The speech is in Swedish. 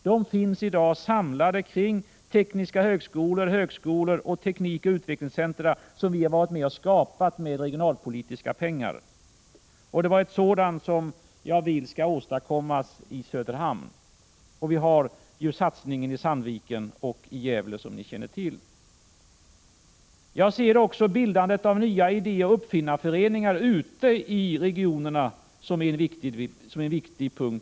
De finns i dag samlade kring tekniska högskolor, högskolor och teknikoch utvecklingscentrum som vi har varit med och skapat med regionalpolitiska medel. Det är ett sådant centrum som jag vill att det skall åstadkommas i Söderhamn. Och som ni känner till har vi ju gjort en satsning i Sandviken och i Gävle. Jag ser också bildandet av nya idé och uppfinnarföreningar ute i regionerna som en viktig punkt i denna utveckling.